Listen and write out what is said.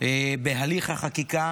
בהליך החקיקה,